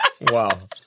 wow